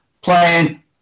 playing